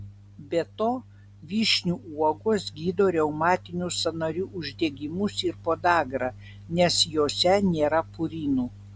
be to vyšnių uogos gydo reumatinius sąnarių uždegimus ir podagrą nes jose nėra purinų